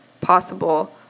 possible